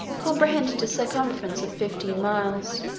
comprehended a circumference of fifteen miles